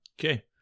okay